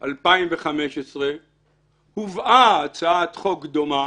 2015 הובאה הצעת חוק דומה